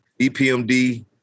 EPMD